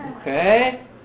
Okay